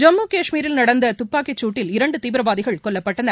ஜம்மு காஷ்மீரில் நடந்ததுப்பாக்கிச்சூட்டில் இரண்டுதீவிரவாதிகள் கொல்லப்பட்டனர்